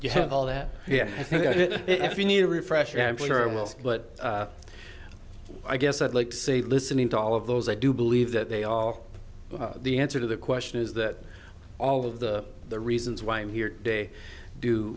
you have all that yeah if you need a refresher i'm sure i will but i guess i'd like to say listening to all of those i do believe that they are the answer to that question is that all of the reasons why i'm here today do